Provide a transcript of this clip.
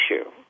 issue